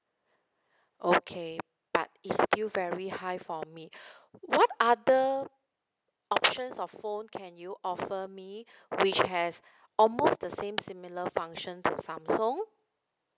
okay but it's still very high for me what other options of phone can you offer me which has almost the same similar function to samsung